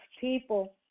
people